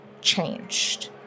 changed